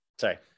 Sorry